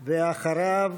אחריו,